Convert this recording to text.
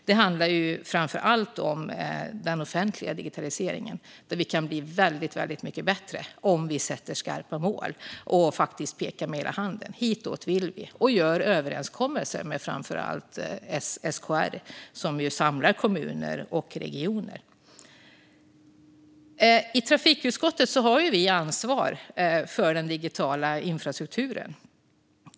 Det handlar framför allt om den offentliga digitaliseringen, där vi kan bli väldigt mycket bättre om vi sätter upp skarpa mål och pekar med hela handen - "hitåt vill vi" - och gör överenskommelser med framför allt SKR, som ju samlar kommuner och regioner. I trafikutskottet har vi ansvar för den digitala infrastrukturen.